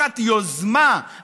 הזמן הוא לקחת יוזמה אמיתית,